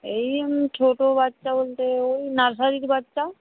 এই ছোটো বাচ্চা বলতে ওই নার্সারির বাচ্চা